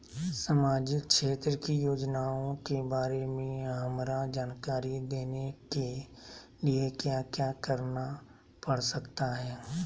सामाजिक क्षेत्र की योजनाओं के बारे में हमरा जानकारी देने के लिए क्या क्या करना पड़ सकता है?